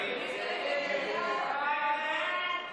ההצעה להעביר